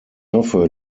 hoffe